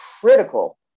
critical